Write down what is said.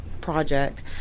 Project